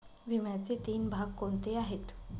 विम्याचे तीन भाग कोणते आहेत?